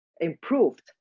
improved